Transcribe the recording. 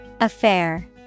Affair